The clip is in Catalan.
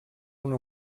una